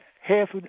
half